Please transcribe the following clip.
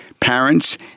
parents